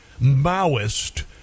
Maoist